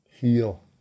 Heal